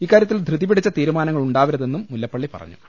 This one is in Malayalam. ഇക്കാര്യത്തിൽ ധൃതി പിടിച്ച തീരുമാനങ്ങളുണ്ടാവരുതെന്നും മുല്ലപ്പള്ളി പറഞ്ഞു